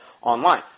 online